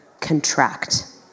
contract